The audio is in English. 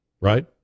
right